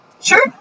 Sure